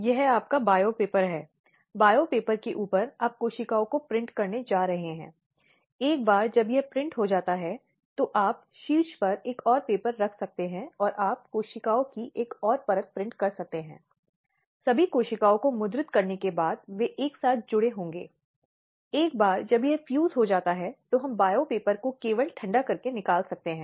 यह आपराधिक कार्रवाई या दंडात्मक कार्रवाई करता है पार्टी के खिलाफ या पत्नी के खिलाफ हिंसा करने वाले अपराधी के खिलाफ और वे जीवन और पत्नी की सुरक्षा को खतरे में डालते हैं